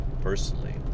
personally